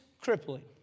crippling